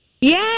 Yes